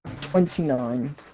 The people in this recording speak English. Twenty-nine